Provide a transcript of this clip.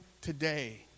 today